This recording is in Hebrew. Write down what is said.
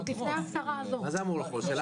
זה נכון לצהרונים, קובי.